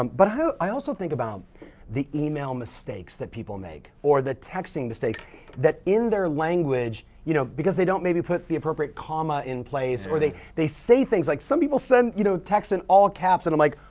um but i also think about the email mistakes that people make or the texting mistakes that in their language you know because they don't maybe put the appropriate comma in place or they they say things like some people send you know texts in all caps and i'm like,